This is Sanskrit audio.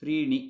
त्रीणि